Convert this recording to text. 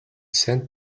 sent